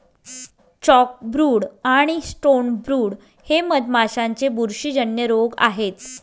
chalkbrood आणि stonebrood हे मधमाशांचे बुरशीजन्य रोग आहेत